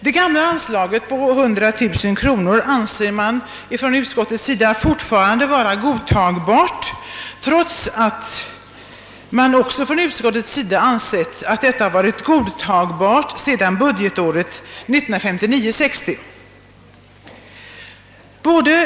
Det gamla anslaget på 100 000 kronor anser utskottet fortfarande vara godtagbart, trots att anslaget varit oförändrat sedan budgetåret 1959/60.